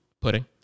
pudding